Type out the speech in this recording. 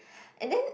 and then